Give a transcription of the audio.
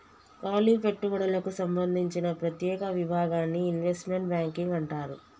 కాలి పెట్టుబడులకు సంబందించిన ప్రత్యేక విభాగాన్ని ఇన్వెస్ట్మెంట్ బ్యాంకింగ్ అంటారు